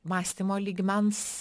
mąstymo lygmens